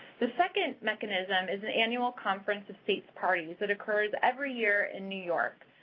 the second mechanism is an annual conference of states parties that occurs every year in new york.